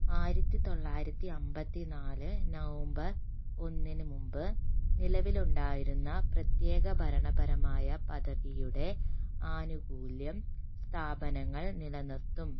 ആയിരത്തി തൊള്ളായിരത്തി അമ്പത്തിനാല് നവംബർ ഒന്നിന് മുമ്പ് നിലവിലുണ്ടായിരുന്ന പ്രത്യേക ഭരണപരമായ പദവിയുടെ ആനുകൂല്യം സ്ഥാപനങ്ങൾ നിലനിർത്തും